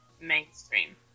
mainstream